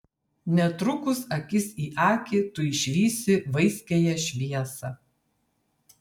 netrukus akis į akį tu išvysi vaiskiąją šviesą